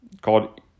called